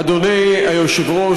אדוני היושב-ראש,